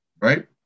Right